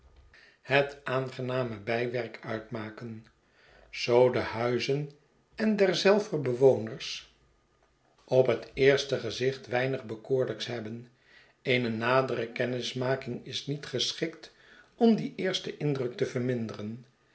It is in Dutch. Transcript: het aangename bijwerk uitmaken zoo de huizen en derzelver bewoners op het eerste gezicht weinig bekoorlijks hebben eene nadere kennismaking is niet geschikt om dien eersten indruk te vermin